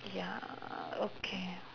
ya okay